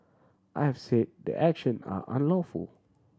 I have say the action are unlawful